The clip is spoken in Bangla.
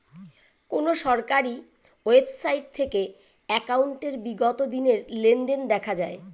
কোন সরকারি ওয়েবসাইট থেকে একাউন্টের বিগত দিনের লেনদেন দেখা যায়?